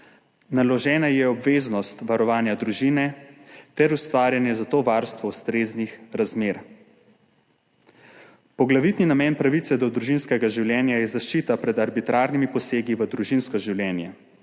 Naložena ji je obveznost varovanja družine ter ustvarjanje za to varstvo ustreznih razmer. Poglavitni namen pravice do družinskega življenja je zaščita pred arbitrarnimi posegi v družinsko življenje,